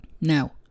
Now